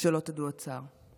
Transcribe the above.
שלא תדעו עוד צער.